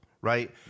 right